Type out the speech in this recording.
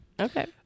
Okay